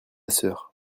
sœur